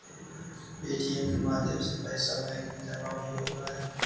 ATM के माध्यम से पैइसा बैंक में जमा भी होवऽ हइ